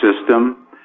system